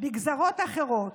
בגזרות אחרות.